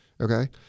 Okay